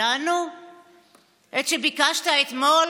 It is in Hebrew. ולנו את שביקשת אתמול